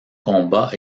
combat